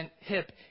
hip